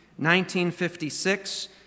1956